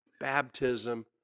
baptism